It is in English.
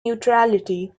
neutrality